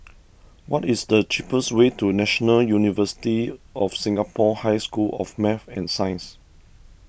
what is the cheapest way to National University of Singapore High School of Math and Science